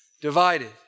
divided